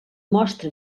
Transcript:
mostra